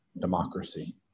democracy